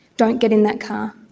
don't get in that car.